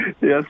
Yes